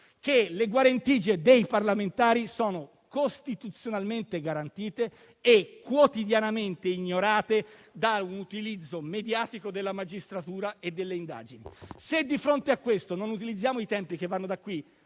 le guarentigie dei parlamentari sono costituzionalmente garantite e quotidianamente ignorate da un utilizzo mediatico della magistratura e delle indagini. Se, di fronte a questo, non utilizziamo i tempi che vanno da qui